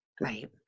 Right